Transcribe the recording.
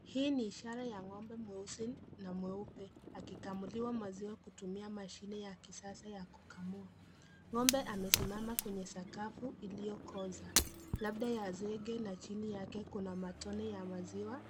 Hii ni ishara ya ngombe mweusi na mweupe akikamuliwa maziwa kutumia mashini ya kisasa ya kukamua. Ngombe amesimama kwenye sakafu iliyokoza, labda ya zege na chini yake kuna matone ya maziwa